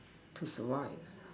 choose to why is